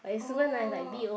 oh